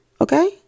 Okay